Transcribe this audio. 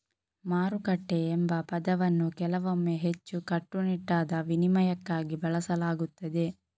ಮಾರುಕಟ್ಟೆ ಎಂಬ ಪದವನ್ನು ಕೆಲವೊಮ್ಮೆ ಹೆಚ್ಚು ಕಟ್ಟುನಿಟ್ಟಾದ ವಿನಿಮಯಕ್ಕಾಗಿ ಬಳಸಲಾಗುತ್ತದೆ